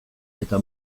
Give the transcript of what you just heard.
eta